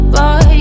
Boy